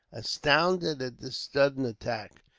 astounded at this sudden attack,